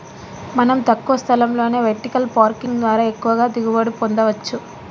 మనం తక్కువ స్థలంలోనే వెర్టికల్ పార్కింగ్ ద్వారా ఎక్కువగా దిగుబడి పొందచ్చు